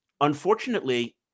Unfortunately